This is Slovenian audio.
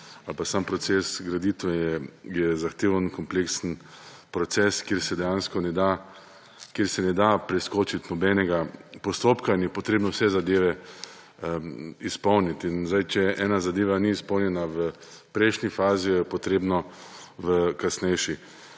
sam proces graditve zahteven, kompleksen proces, kjer se dejansko ne da preskočiti nobenega postopka in je treba vse zadeve izpolniti. Če ena zadeva ni izpolnjena v prejšnji fazi, jo je treba izpolniti v kasnejši.